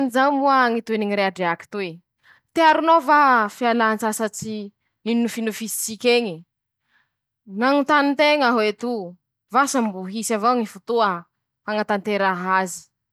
Manahaky anizao ñy tohiny ñy safà toy: -"ñy fagnomeza soa aza lahy la filinao, ary la mahatseriky ahy ñy fomba ahafahanao mahita ñy raha soa, mifañaraky soa aminy ñ'olo ameanao azy".